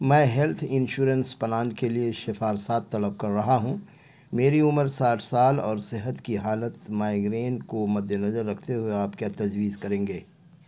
میں health insurance plan کے لیے شفارسات طلب کر رہا ہوں میری عمر ساٹھ سال اور صحت کی حالت مائگرین کو مدنظر رکھتے ہوئے آپ کیا تجویز کریں گے